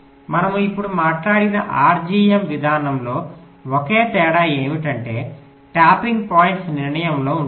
మనము ఇప్పుడు మాట్లాడిన RGM విధానంలో ఒకే తేడా ఏమిటంటే ట్యాపింగ్ పాయింట్ల నిర్ణయంలో ఉంది